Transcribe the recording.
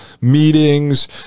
meetings